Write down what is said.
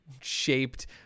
shaped